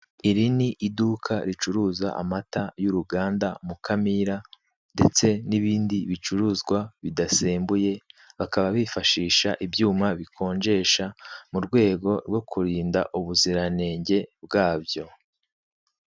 Iri ni iduka ricuruza amata y'uruganda Mukamira ndetse n'ibindi bicuruzwa bidasembuye, bakaba bifashisha ibyuma bikonjesha mu rwego rwo kurinda ubuziranenge bwabyo.